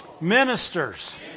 ministers